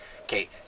Okay